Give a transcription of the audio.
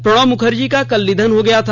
प्रणब मुखर्जी का कल निधन हो गया था